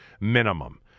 minimum